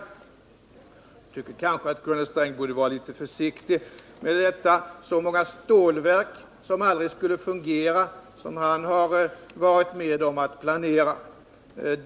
Jag tycker kanske att Gunnar Sträng borde vara litet försiktigare med detta, så många stålverk som aldrig skulle komma att fungera som han har varit med om att planera.